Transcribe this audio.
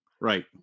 Right